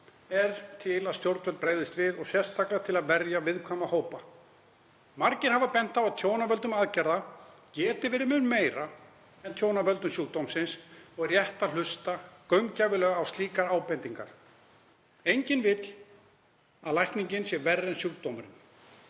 er til að stjórnvöld bregðist við, sérstaklega til að verja viðkvæma hópa. Margir hafa bent á að tjón af völdum aðgerða geti verið mun meira en tjón af völdum sjúkdómsins og rétt er að hlusta gaumgæfilega á slíkar ábendingar. Enginn vill að lækningin sé verri en sjúkdómurinn.